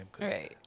Right